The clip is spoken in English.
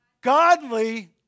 godly